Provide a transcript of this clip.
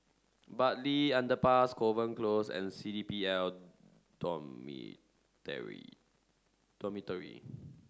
Bartley Underpass Kovan Close and C D P L Dormitory